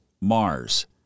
Mars